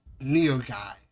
Neo-Guy